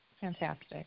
Fantastic